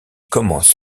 commence